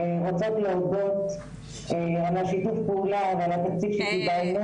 רוצות להודות על שיתוף הפעולה ועל התקציב שקיבלנו.